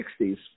1960s